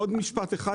עוד משפט אחד.